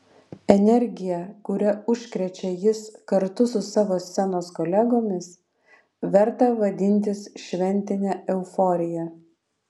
energija kuria užkrečia jis kartu su savo scenos kolegomis verta vadintis šventine euforija